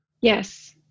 Yes